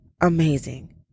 amazing